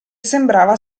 sembrava